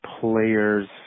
player's